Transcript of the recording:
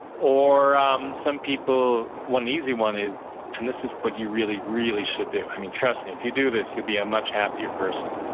or um some people want, one easy one is and this is what you really, really should do. i mean, trust me, if you do this, you'll be a much happier person.